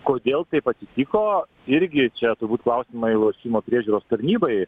kodėl taip atsitiko irgi čia turbūt klausimai lošimų priežiūros tarnybai